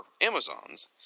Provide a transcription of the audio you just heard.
Amazons